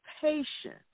patience